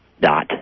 dot